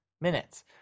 minutes